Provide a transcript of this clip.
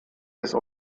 des